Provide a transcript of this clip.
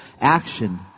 action